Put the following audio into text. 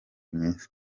myiza